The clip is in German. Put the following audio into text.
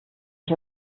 ich